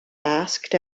asked